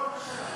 לא, לא קשה לך.